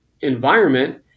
environment